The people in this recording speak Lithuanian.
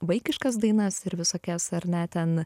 vaikiškas dainas ir visokias ar ne ten